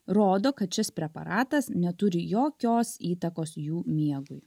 rodo kad šis preparatas neturi jokios įtakos jų miegui